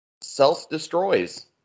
self-destroys